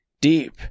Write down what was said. deep